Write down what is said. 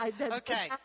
Okay